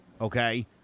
Okay